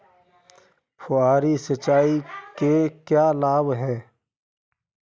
फुहारी सिंचाई के क्या लाभ हैं?